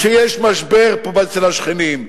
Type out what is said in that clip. כשיש משבר אצל השכנים?